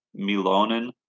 Milonen